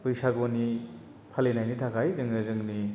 बैसागुनि फालिनायनि थाखाय जोङो जोंनि